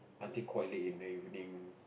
until quite late in the evening